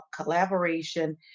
collaboration